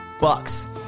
bucks